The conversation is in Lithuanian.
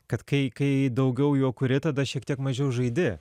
kad kai kai daugiau jo kuri tada šiek tiek mažiau žaidi